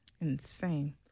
Insane